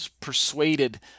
persuaded